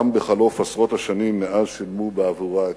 גם בחלוף עשרות שנים מאז שילמו בעבורה בחייהם.